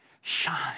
Shine